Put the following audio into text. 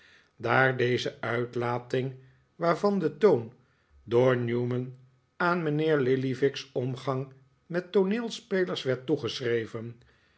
daar deze uitlating waarvan de toon door newman aan mijnheer lillyvick's omgang met tooneelspelers werd